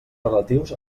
relatius